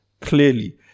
Clearly